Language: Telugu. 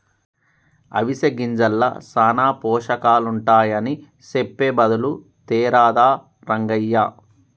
అవిసె గింజల్ల సానా పోషకాలుంటాయని సెప్పె బదులు తేరాదా రంగయ్య